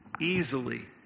easily